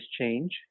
change